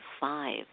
five